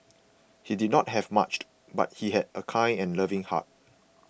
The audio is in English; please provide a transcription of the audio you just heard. he did not have much but he had a kind and loving heart